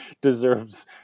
deserves